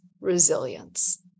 resilience